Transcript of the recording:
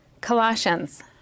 Colossians